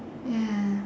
ya